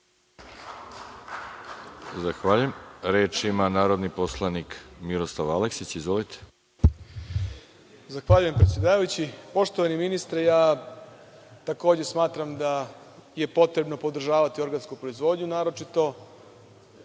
Zahvaljujem vam. Reč ima narodni poslanik Miroslav Aleksić. **Miroslav Aleksić** Zahvaljujem predsedavajući. Poštovani ministre takođe smatram da je potrebno podržavati organsku proizvodnju, naročito